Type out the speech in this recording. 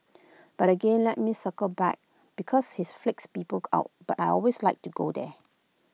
but again let me circle back because this freaks people out but I always like to go there